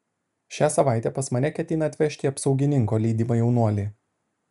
šią savaitę pas mane ketina atvežti apsaugininko lydimą jaunuolį